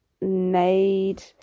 made